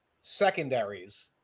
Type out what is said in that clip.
secondaries